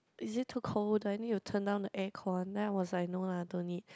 is it too cold do I need to turn down the air con then I was like no lah don't need